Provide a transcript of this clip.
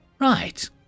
right